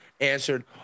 answered